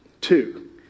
two